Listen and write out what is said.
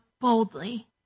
boldly